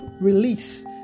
release